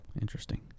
Interesting